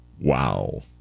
Wow